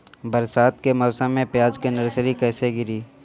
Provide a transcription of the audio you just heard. बरसात के मौसम में प्याज के नर्सरी कैसे गिरी?